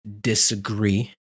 disagree